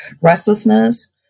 restlessness